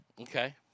Okay